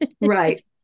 Right